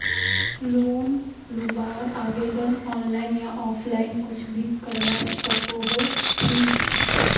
Loan लुबार आवेदन online या ऑफलाइन कुछ भी करवा सकोहो ही?